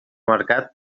mercat